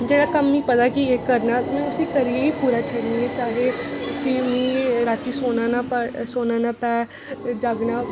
जेह्ड़ा कम्म मिगी पता की एह् करना ऐ में उसी करियै ही पूरा छड्डनी आं चाहे ओह् फ्ही मिगी राती सौना ना सौना जागना